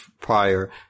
prior